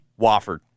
Wofford